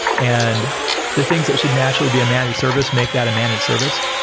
and the things that should naturally be a managed service make that a managed service.